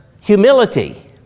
humility